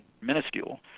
minuscule